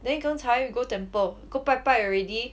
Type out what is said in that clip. then 刚才 go temple go 拜拜 already